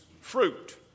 fruit